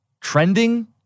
trending